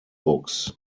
books